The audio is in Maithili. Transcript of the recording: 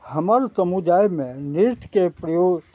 हमर समुदायमे नृत्यके प्रयोग